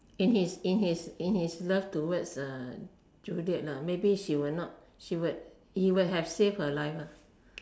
in his in his in his love towards uh Juliet ah maybe she will not she would he would have saved her life ah